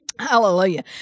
Hallelujah